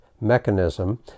mechanism